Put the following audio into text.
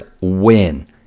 win